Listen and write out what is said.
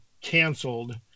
canceled